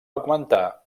augmentar